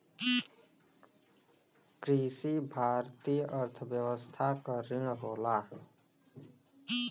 कृषि भारतीय अर्थव्यवस्था क रीढ़ होला